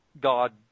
God